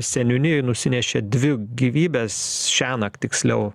seniūnijoj nusinešė dvi gyvybes šiąnakt tiksliau